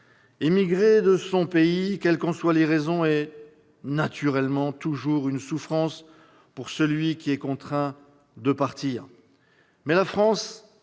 Émigrer de son pays, quelles qu'en soient les raisons, est naturellement toujours une souffrance pour celui qui est contraint de partir.